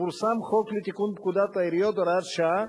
פורסם חוק לתיקון פקודת העיריות (הוראת שעה),